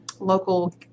local